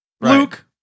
Luke